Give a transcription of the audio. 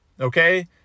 okay